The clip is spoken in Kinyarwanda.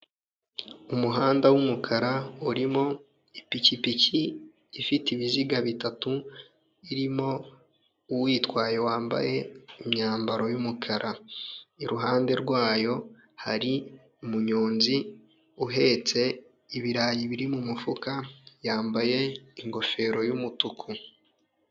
Umuhanda w'umukara urimo ipikipiki ifite ibiziga bitatu, irimo uyitwaye wambaye imyambaro y'umukara, iruhande rwayo hari umunyonzi uhetse ibirayi biri mu mufuka, yambaye ingofero y'umutuku.